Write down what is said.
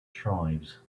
tribes